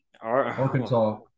Arkansas